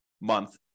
month